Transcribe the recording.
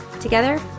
Together